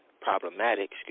problematic